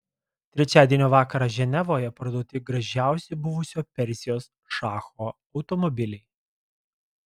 trečiadienio vakarą ženevoje parduoti gražiausi buvusio persijos šacho automobiliai